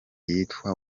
yitwa